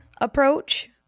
approach